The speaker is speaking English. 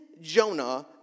Jonah